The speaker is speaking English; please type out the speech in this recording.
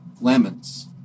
lemons